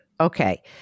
Okay